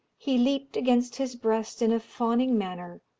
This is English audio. he leaped against his breast in a fawning manner,